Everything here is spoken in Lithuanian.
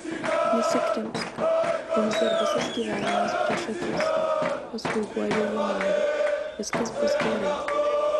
nesikrimsk mums dar visas gyvenimas prieš akis paskui guodė ji marių viskas bus gerai